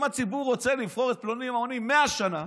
אם הציבור רוצה לבחור את פלוני אלמוני 100 שנה,